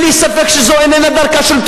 בבקשה גברתי.